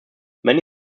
many